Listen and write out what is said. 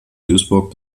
duisburg